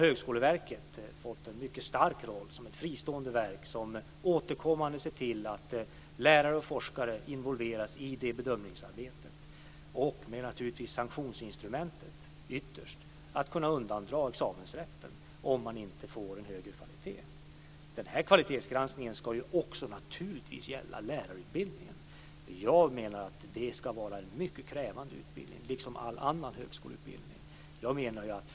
Högskoleverket har fått en mycket stark roll som ett fristående verk som återkommande ser till att lärare och forskare involveras i det bedömningsarbetet. Med sanktionsinstrumentet ska man ytterst kunna undandra examensrätten om man inte får högre kvalitet. Kvalitetsgranskningen ska naturligtvis gälla lärarutbildningen. Jag menar att det ska vara en mycket krävande utbildning, liksom all annan högskoleutbildning.